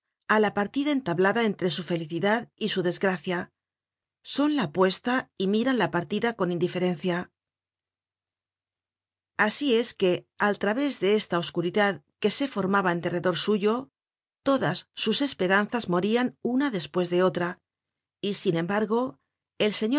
á la partida entablada entre su felicidad y su desgracia son la puesta y miran la partida con indiferencia asi es que al través de esta oscuridad que se formaba en derredor suyo todas sus esperanzas morian una despues de otra y sin embargo el